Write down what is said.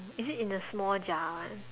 is it in the small jar one